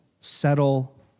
settle